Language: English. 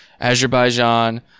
Azerbaijan